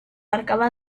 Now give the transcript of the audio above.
mioceno